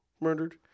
murdered